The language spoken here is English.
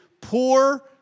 poor